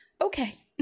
Okay